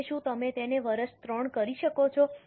હવે શું તમે તેને વર્ષ 3 કરી શકો છો